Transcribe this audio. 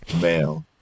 male